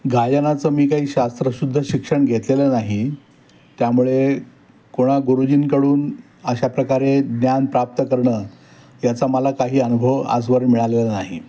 गायनाचं मी काही शास्त्रशुद्ध शिक्षण घेतलेलं नाही त्यामुळे कोणा गुरुजींकडून अशा प्रकारे ज्ञान प्राप्त करणं याचा मला काही अनुभव आजवर मिळालेला नाही